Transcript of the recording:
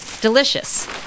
delicious